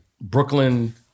Brooklyn